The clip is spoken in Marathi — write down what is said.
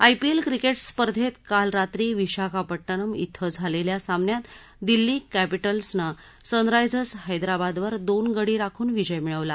आयपीएल क्रिकेट स्पर्धेत काल रात्री विशाखापट्टणम िं झालेल्या सामन्यात दिल्ली क्रिंटल्सनं सनरायजर्स हैदराबादवर दोन गडी राखून विजय मिळवला